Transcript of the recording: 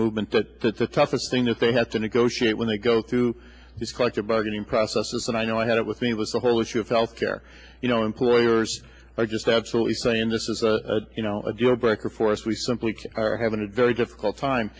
movement that that's the toughest thing that they have to negotiate when they go through this collective bargaining process and i know i had it with me was the whole issue of health care you know employers are just absolutely saying this is a you know a deal breaker for us we simply haven't had very difficult time